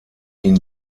ihn